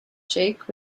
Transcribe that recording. jake